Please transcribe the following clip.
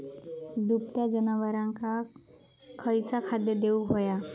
दुभत्या जनावरांका खयचा खाद्य देऊक व्हया?